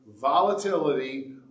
volatility